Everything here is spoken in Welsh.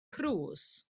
cruise